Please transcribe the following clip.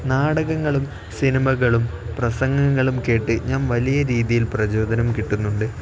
നാടകങ്ങളും സിനിമകളും പ്രസംഗങ്ങളും കേട്ട് ഞാൻ വലിയ രീതിയിൽ പ്രചോദനം കിട്ടുന്നുണ്ട്